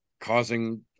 causing